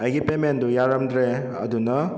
ꯑꯩꯒꯤ ꯄꯦꯃꯦꯟꯗꯨ ꯌꯥꯔꯝꯗ꯭ꯔꯦ ꯑꯗꯨꯅ